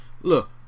look